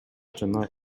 жана